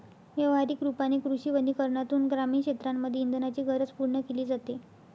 व्यवहारिक रूपाने कृषी वनीकरनातून ग्रामीण क्षेत्रांमध्ये इंधनाची गरज पूर्ण केली जाते